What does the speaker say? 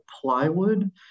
plywood